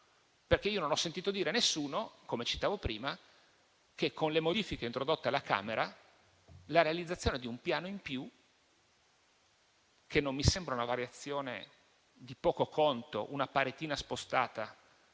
punto. Non ho sentito dire nessuno - come dicevo prima - che con le modifiche introdotte alla Camera la realizzazione di un piano in più, che non mi sembra una variazione di poco conto, come una paretina spostata